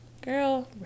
girl